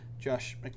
Josh